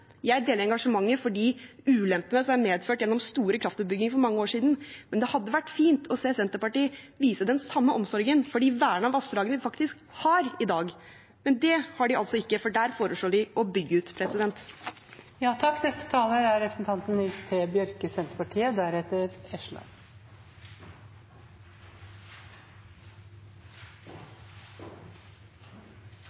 Jeg deler engasjementet for de ulempene som store kraftutbygginger for flere år siden har medført, men det hadde vært fint å se Senterpartiet vise den samme omsorgen for de vernede vassdragene vi faktisk har i dag. Men det har de altså ikke, for der foreslår de å bygge ut.